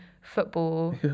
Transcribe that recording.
football